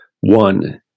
one